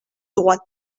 droite